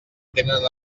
tenen